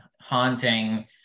haunting